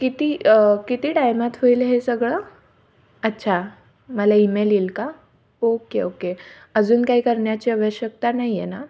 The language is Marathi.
किती किती टायमात होईल हे सगळं अच्छा मला ईमेल येईल का ओके ओके अजून काही करण्याची आवश्यकता नाही आहे ना